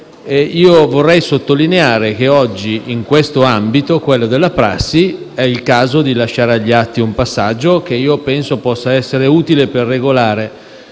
Io vorrei sottolineare che oggi, nell'ambito della prassi, è il caso di lasciare agli atti un passaggio, che penso possa essere utile per regolare